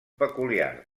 peculiars